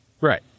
Right